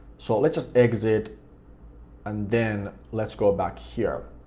so let's just exit and then let's go back here.